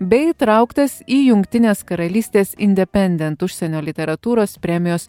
bei įtrauktas į jungtinės karalystės independent užsienio literatūros premijos